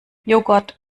joghurt